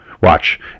watch